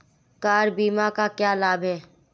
Car बीमा का क्या लाभ है?